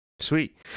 Sweet